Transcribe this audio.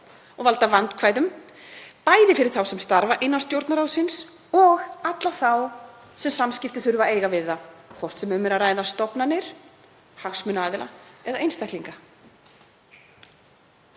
og valda vandkvæðum, bæði fyrir þá sem starfa innan Stjórnarráðsins og alla þá sem samskipti þurfa að eiga við það, hvort sem um er að ræða stofnanir, hagsmunaaðila eða einstaklinga.“